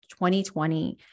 2020